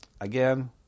again